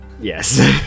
Yes